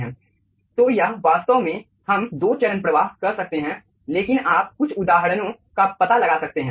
तो यह वास्तव में हम दो चरण प्रवाह कह सकते हैं लेकिन आप कुछ उदाहरणों का पता लगा सकते हैं